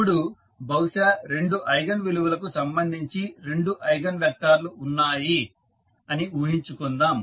ఇప్పుడు బహుశా రెండు ఐగన్ విలువలకు సంబంధించి రెండు ఐగన్ వెక్టార్ లు ఉన్నాయి అని ఊహించుకుందాం